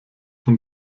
und